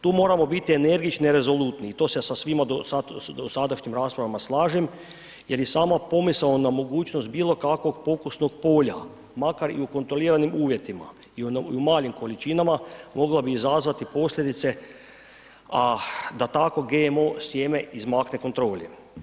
Tu moramo biti energični i rezolutni i to se sa svima do sad, dosadašnjim raspravama slažem jer i sama pomisao na mogućnost bilo kakvog pokusnog polja, makar i u kontroliranim uvjetima i u malim količinama, mogla bi izazvati posljedice, a da takvo GMO sjeme izmakne kontroli.